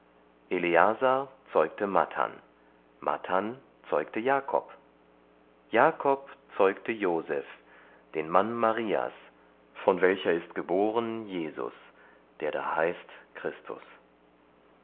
eleasar zeugte matthan matthan zeugte jakob jakob zeugte joseph den mann marias von welcher ist geboren jesus der da heißt christus